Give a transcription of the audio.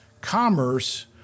commerce